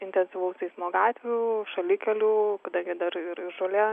intensyvaus eismo gatvių šalikelių kadangi dar ir ir žolė